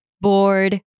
Bored